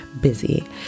busy